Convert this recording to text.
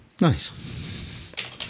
Nice